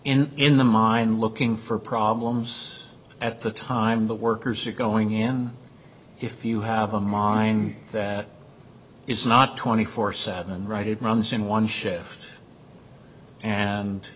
in in the mind looking for problems at the time the workers are going in if you have a mine is not twenty four seven right it runs in one shift and